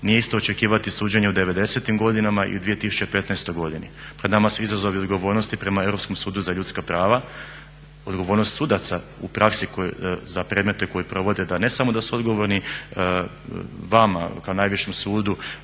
Nije isto očekivati suđenje u '90.-tim godinama i u 2015. godini. Pred nama su izazovi odgovornosti prema Europskom sudu za ljudska prava, odgovornost sudaca u praksi za predmete koje provode da ne samo da su odgovorni vama kao najvišem sudu,